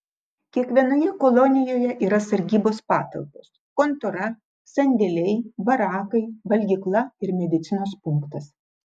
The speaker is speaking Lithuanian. kiekvienoje kolonijoje yra sargybos patalpos kontora sandėliai barakai valgykla ir medicinos punktas